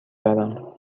برم